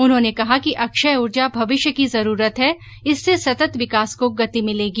उन्होंने कहा कि अक्षय ऊर्जा भविष्य की जरूरत है इससे सतत् विकास को गति मिलेगी